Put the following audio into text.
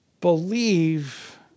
believe